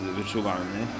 wyczuwalny